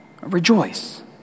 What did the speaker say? rejoice